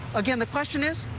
again, the question is,